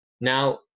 Now